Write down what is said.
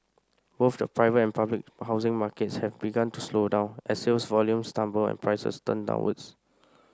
both the private and public housing markets have began to slow down as sales volumes tumble and prices turn downwards